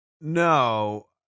no